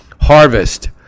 harvest